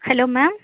hello ma'am